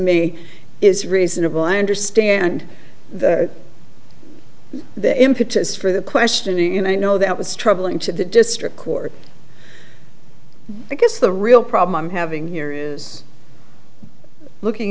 me is reasonable i understand the impetus for the questioning and i know that was troubling to the district court because the real problem i'm having here is looking